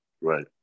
right